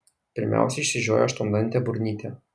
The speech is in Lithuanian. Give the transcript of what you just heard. pirmiausia išsižioja aštuondantė burnytė